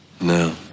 No